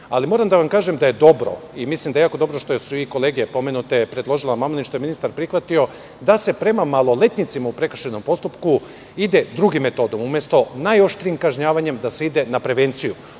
način. Moram da vam kažem da je jako dobro što su i kolege pomenute predložile amandman i što je ministar prihvatio da se prema maloletnicima u prekršajnom postupku ide drugom metodom, umesto najoštrijim kažnjavanjem, da se ide na prevenciju.